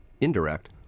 indirect